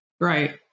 Right